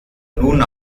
nun